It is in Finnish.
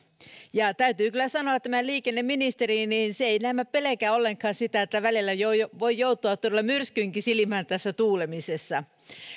ja täytyy kyllä sanoa että liikenneministeri ei näemmä pelkää ollenkaan sitä että välillä voi joutua todella myrskynkin silmään tässä tuulemisessa